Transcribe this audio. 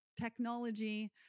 technology